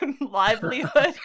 livelihood